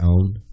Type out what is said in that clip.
own